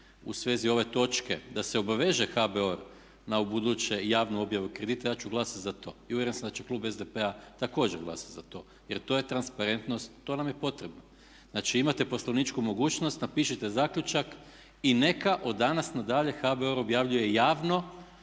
u svezi ove točke da se obaveže HBOR na ubuduće javnu objavu kredita, ja ću glasati za to. I uvjeren sam da će klub SDP-a također glasati za to, jer to je transparentnost, to nam je potrebno. Znači imate poslovničku mogućnost, napišite zaključak i neka od danas na dalje HBOR objavljuje javno